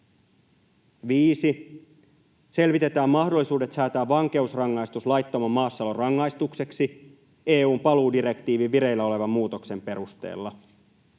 5) ”Selvitetään mahdollisuudet säätää vankeusrangaistus laittoman maassaolon rangaistukseksi EU:n paluudirektiivin vireillä olevan muutoksen perusteella.”